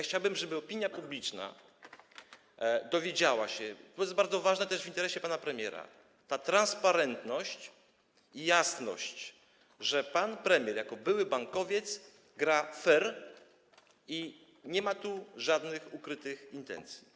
Chciałbym, żeby opinia publiczna dowiedziała się - to jest bardzo ważne też w interesie pana premiera, chodzi o transparentność i jasność - że pan premier, jako były bankowiec, gra fair i nie ma żadnych ukrytych intencji.